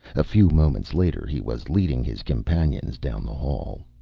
a few moments later he was leading his companions down the hall.